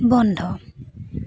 বন্ধ